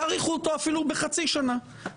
אלא אפילו בחצי שנה.